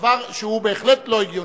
דבר שהוא בהחלט לא הגיוני.